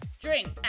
drink